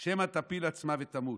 שמא תפיל עצמה ותמות".